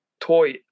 toy